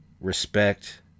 Respect